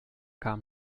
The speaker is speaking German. kam